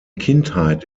kindheit